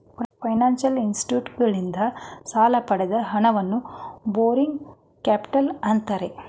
financial ಇನ್ಸ್ಟಿಟ್ಯೂಷನ್ಸಗಳಿಂದ ಸಾಲ ಪಡೆದ ಹಣವನ್ನು ಬಾರೋಯಿಂಗ್ ಕ್ಯಾಪಿಟಲ್ ಅಂತ್ತಾರೆ